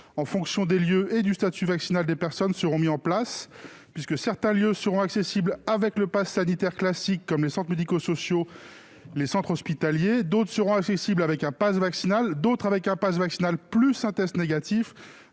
en fonction des lieux et du statut vaccinal des personnes, seront mis en place : certains lieux seront accessibles avec le passe sanitaire classique, comme les centres médico-sociaux et les centres hospitaliers, d'autres seront accessibles avec un passe vaccinal, mais des exceptions sont prévues en cas de motif